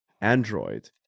Android